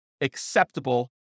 acceptable